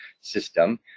system